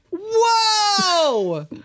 Whoa